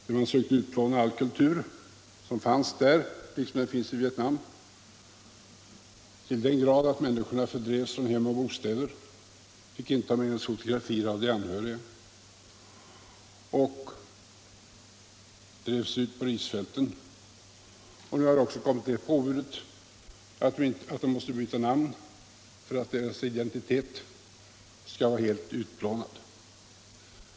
Man har försökt utplåna all kultur som där fanns, liksom i Vietnam, till den grad att människorna fördrevs från hem och bostäder ut på risfälten. De fick inte ens ta med sig fotografier av anhöriga. Nu har också det påbudet kommit att de måste byta namn för att deras identitet helt skall utplånas.